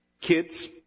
Kids